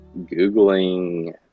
Googling